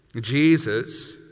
Jesus